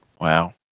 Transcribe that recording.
Wow